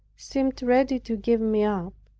seemed ready to give me up,